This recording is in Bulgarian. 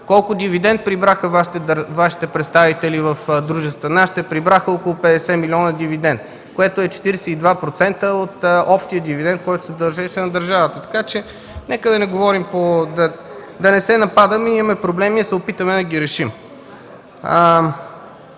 Колко дивидент прибраха Вашите представители в дружествата? Нашите прибраха около 50 милиона дивидент, което е 42% от общия дивидент, който се дължеше на държавата. Нека да не говорим, да не се нападаме. Имаме проблеми и нека да се опитаме да ги решим.